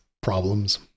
problems